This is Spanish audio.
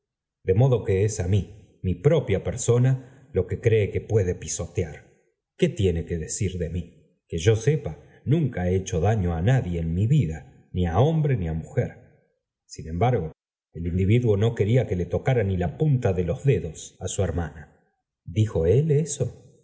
de modo que es á mí mi propia persona lo que cree que puede pisotear qué tiene que decir de mí que yo sepa nunca he hecho daño á nadie en mi vida ni á hombre ni á mujer sin embargo el individuo no quería que le tocara ni la punta de los dedos á su hermana dijo él eso